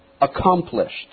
accomplished